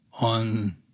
on